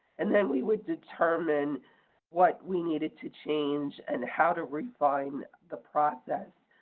and then we would determine what we needed to change and how to refine the process.